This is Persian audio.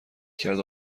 کرد